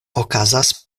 okazas